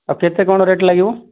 ଆଉ କେତେ କ'ଣ ରେଟ୍ ଲାଗିବ